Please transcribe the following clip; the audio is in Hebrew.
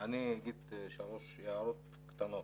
אני אגיד שלוש הערות קטנות.